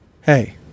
Hey